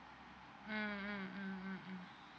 mm mm mm mm mm